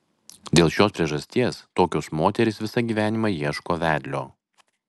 dėl šios priežasties tokios moterys visą gyvenimą ieško vedlio